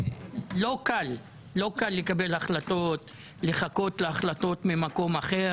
לא קל לקבל החלטות, לחכות להחלטות ממקום אחר